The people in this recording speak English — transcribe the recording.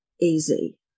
easy